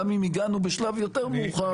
גם אם הגענו בשלב יותר מאוחר,